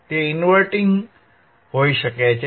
તે ઇન્વર્ટીંગ હોઇ શકે છે